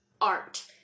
art